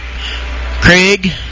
Craig